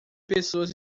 pessoas